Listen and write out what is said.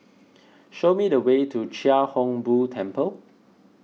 show me the way to Chia Hung Boo Temple